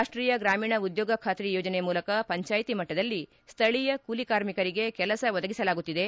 ರಾಷ್ಟೀಯ ಗ್ರಾಮೀಣ ಉದ್ಯೋಗ ಖಾತ್ರಿ ಯೋಜನೆ ಮೂಲಕ ಪಂಚಾಯಿತಿ ಮಟ್ಟದಲ್ಲಿ ಸ್ಥಳೀಯ ಕೂಲಿ ಕಾರ್ಮಿಕರಿಗೆ ಕೆಲಸ ಒದಗಿಸಲಾಗುತ್ತಿದೆ